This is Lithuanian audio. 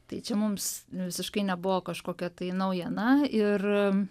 tai čia mums visiškai nebuvo kažkokia tai naujiena ir